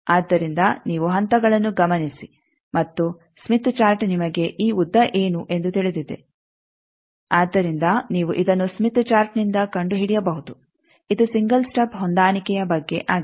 ಆದ್ದರಿಂದ ನೀವು ಹಂತಗಳನ್ನು ಗಮನಿಸಿ ಮತ್ತು ಸ್ಮಿತ್ ಚಾರ್ಟ್ ನಿಮಗೆ ಈ ಉದ್ದ ಏನು ಎಂದು ತಿಳಿದಿದೆ ಆದ್ದರಿಂದ ನೀವು ಇದನ್ನು ಸ್ಮಿತ್ ಚಾರ್ಟ್ನಿಂದ ಕಂಡುಹಿಡಿಯಬಹುದು ಇದು ಸಿಂಗಲ್ ಸ್ಟಬ್ ಹೊಂದಾಣಿಕೆಯ ಬಗ್ಗೆ ಆಗಿದೆ